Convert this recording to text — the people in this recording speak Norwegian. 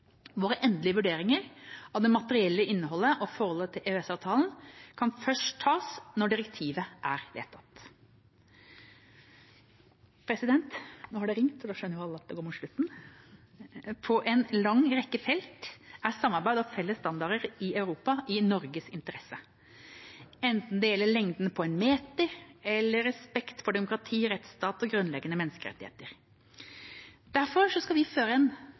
materielle innholdet og forholdet til EØS-avtalen kan først tas når direktivet er vedtatt. På en lang rekke felt er samarbeid og felles standarder i Europa i Norges interesse – enten det gjelder lengden på en meter eller respekt for demokrati, rettsstat og grunnleggende menneskerettigheter. Derfor skal vi føre en